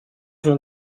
vont